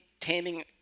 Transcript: Taming